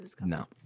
No